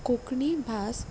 कोंकणी भास